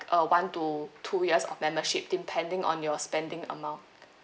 uh one to two years of membership depending on your spending amount